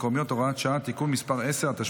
במסמכי זיהוי ובמאגר מידע (תיקון הוראת שעה) (הארכת מועד),